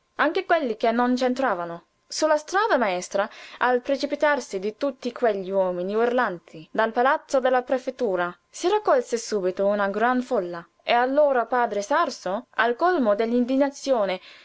anche quelli che non c'entravano su la strada maestra al precipitarsi di tutti quegli uomini urlanti dal palazzo della prefettura si raccolse subito una gran folla e allora padre sarso al colmo dell'indignazione